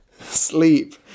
Sleep